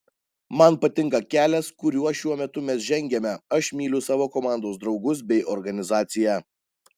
man patinka kelias kuriuo šiuo metu mes žengiame aš myliu savo komandos draugus bei organizaciją